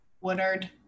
Woodard